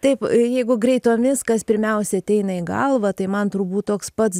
taip jeigu greitomis kas pirmiausia ateina į galvą tai man turbūt toks pats